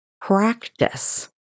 practice